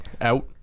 Out